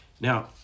Now